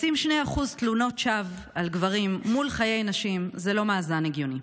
לשים 2% תלונות שווא על גברים מול חיי נשים זה לא מאזן הגיוני.